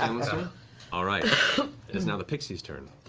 um um all right. it's now the pixies' turn.